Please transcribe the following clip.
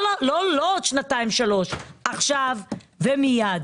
לא בעוד שנתיים שלוש אלא עכשיו ומיד,